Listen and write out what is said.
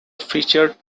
featured